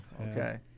okay